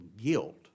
guilt